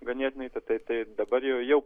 ganėtinai tatai tai dabar jau